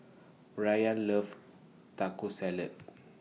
Brayan loves Taco Salad